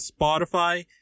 Spotify